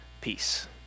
peace